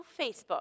Facebook